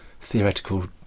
theoretical